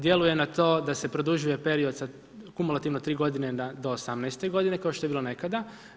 Djeluje na to da se produžuje period sa kumulativno 3 godine do 18 godine, kao što je bilo nekada.